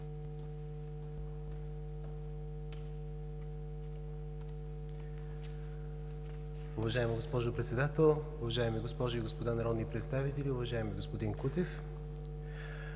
Уважаема госпожо Председател, уважаеми госпожи и господа народни представители! Уважаеми господин Кутев,